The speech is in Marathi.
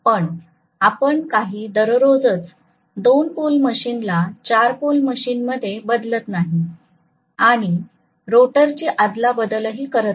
पण आपण काही दररोजच 2 पोल मशीन ला 4 पोल मशीनमध्ये बदलत नाही आणि रोटरची अदलाबदलही करत नाही